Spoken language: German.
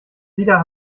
wieder